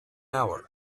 hour